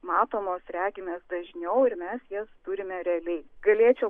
matomos regim jas dažniau ir mes jas turime realiai galėčiau